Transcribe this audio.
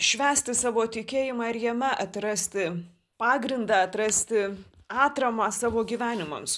švęsti savo tikėjimą ir jame atrasti pagrindą atrasti atramą savo gyvenimams